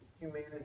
humanity